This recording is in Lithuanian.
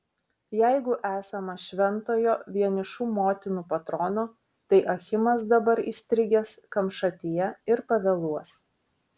jeigu esama šventojo vienišų motinų patrono tai achimas dabar įstrigęs kamšatyje ir pavėluos